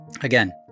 Again